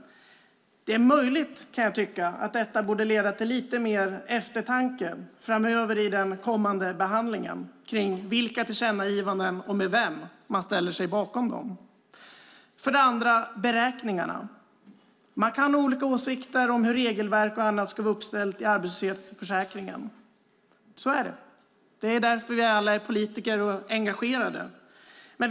Det är möjligt, kan jag tycka, att detta borde leda till lite mer eftertanke i den kommande behandlingen när det gäller vilka tillkännagivanden man gör och med vem man ställer sig bakom dem. För det andra har vi beräkningarna. Man kan ha olika åsikter om hur regelverk och annat ska vara uppställt i arbetslöshetsförsäkringen. Så är det, och det är därför vi alla är politiker och engagerade.